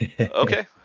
okay